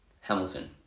Hamilton